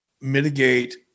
mitigate